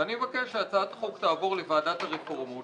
ואני מבקש שהצעת החוק תעבור לוועדת הרפורמות,